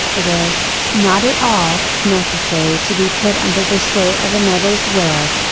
it is, not at all, necessary to be put under the sway of another's will,